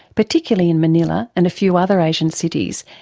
particularly in manila and a few other asian cities,